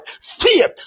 Fear